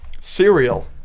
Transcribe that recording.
cereal